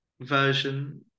version